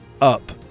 up